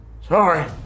Sorry